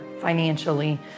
financially